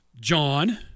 John